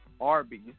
Arby's